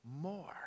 more